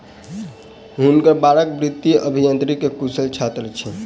हुनकर बालक वित्तीय अभियांत्रिकी के कुशल छात्र छथि